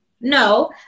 no